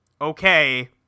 okay